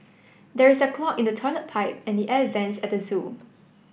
there is a clog in the toilet pipe and the air vents at the zoo